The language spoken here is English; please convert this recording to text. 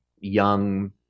young